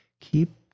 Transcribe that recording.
keep